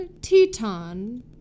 Teton